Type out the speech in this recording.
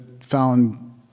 found